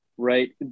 right